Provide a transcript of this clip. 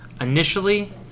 initially